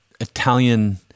Italian